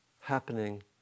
happening